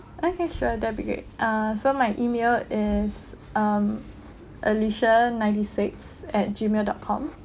okay sure that'll be great uh so my email is um alicia ninety six at gmail dot com